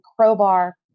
crowbar